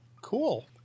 cool